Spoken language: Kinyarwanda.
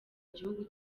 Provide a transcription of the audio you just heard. gihugu